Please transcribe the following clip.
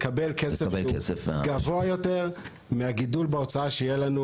נקבל כסף שהוא גבוה יותר מהגידול בהוצאה שיהיה לנו